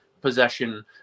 possession